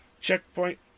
checkpoint